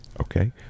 Okay